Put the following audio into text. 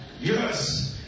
Yes